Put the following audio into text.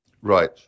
Right